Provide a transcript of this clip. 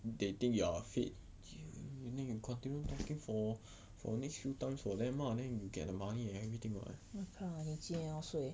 看你几点要睡